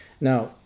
Now